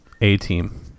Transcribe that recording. A-Team